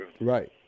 Right